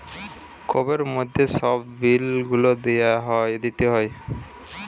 কোবের মধ্যে সব বিল গুলা দিতে হবে